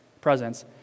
presence